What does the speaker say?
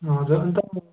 हजुर अन्त